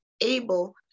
able